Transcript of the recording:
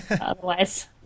Otherwise